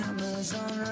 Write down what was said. Amazon